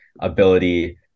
ability